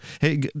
hey